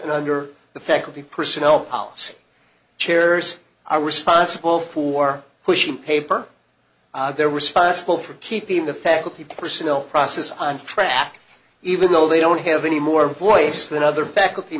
under the faculty personnel policy chairs are responsible for pushing paper they're responsible for keeping the faculty personal process on track even though they don't have any more voice than other faculty